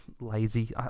lazy